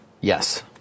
Yes